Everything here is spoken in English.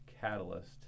catalyst